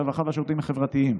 הרווחה והשירותים החברתיים.